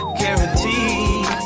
guaranteed